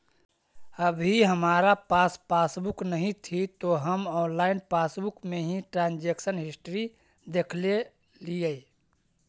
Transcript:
अभी हमारा पास पासबुक नहीं थी तो हम ऑनलाइन पासबुक में ही ट्रांजेक्शन हिस्ट्री देखलेलिये